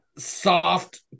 soft